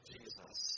Jesus